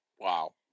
Wow